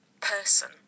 person